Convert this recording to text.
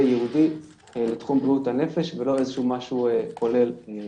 ייעודי לתחום בריאות הנפש ולא משהו כולל בסל.